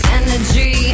energy